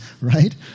right